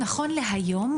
נכון להיום,